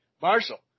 Marshall